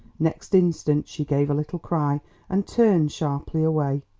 next instant she gave a little cry and turned sharply away.